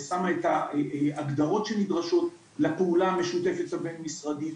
ושמה את ההגדרות שנדרשות לפעולה המשותפת הבין משרדית.